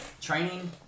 training